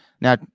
Now